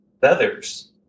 feathers